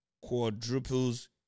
quadruples